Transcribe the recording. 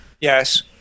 Yes